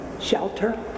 shelter